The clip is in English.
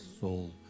soul